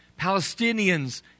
Palestinians